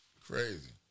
crazy